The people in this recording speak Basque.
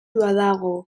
badago